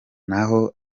naho